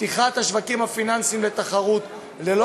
פתיחת השווקים הפיננסיים לתחרות ללא